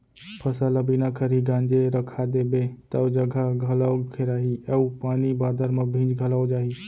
फसल ल बिना खरही गांजे रखा देबे तौ जघा घलौ घेराही अउ पानी बादर म भींज घलौ जाही